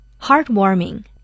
heartwarming